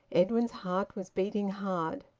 edwin's heart was beating hard.